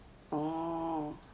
orh